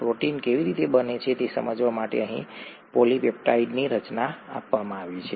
protein કેવી રીતે બને છે તે સમજાવવા માટે અહીં પોલિપેપ્ટાઇડની રચના આપવામાં આવી છે